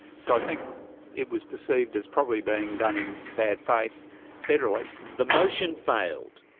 so i think it was perceived as probably being done in bad faith federally. the motion failed,